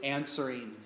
answering